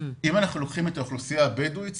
אם אנחנו לוקחים את האוכלוסייה הבדואית ספציפית,